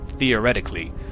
Theoretically